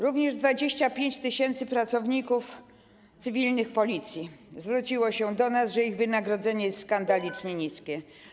Również 25 tys. pracowników cywilnych Policji zwróciło się do nas, że ich wynagrodzenie jest skandalicznie niskie.